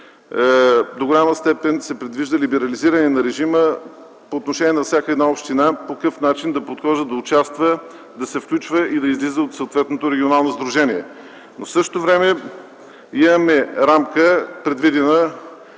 до голяма степен се предвижда либерализиране на режима по отношение на всяка една община по какъв начин да подхожда, да участва, да се включва и да излиза от съответното регионално сдружение. В същото време имаме предвидена